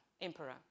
emperor